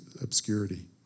obscurity